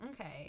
Okay